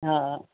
हा